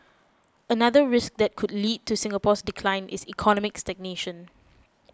another risk that could lead to Singapore's decline is economic stagnation